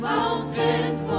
Mountains